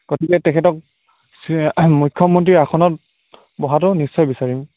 গতিকে তেখেতক চি মুখ্যমন্ত্ৰী আসনত বহাটো নিশ্চয় বিচাৰিম